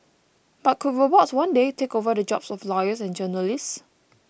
but could robots one day take over the jobs of lawyers and journalists